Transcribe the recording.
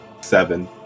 Seven